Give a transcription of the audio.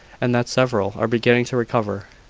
and that several are beginning to recover.